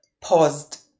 paused